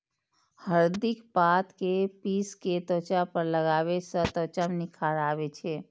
हरदिक पात कें पीस कें त्वचा पर लगाबै सं त्वचा मे निखार आबै छै